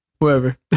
whoever